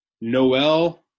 Noel